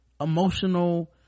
emotional